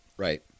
Right